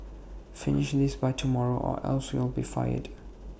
finish this by tomorrow or else you'll be fired